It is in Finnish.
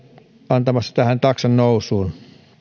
antamassa tähän taksan nousuun